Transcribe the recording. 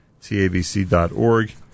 TABC.org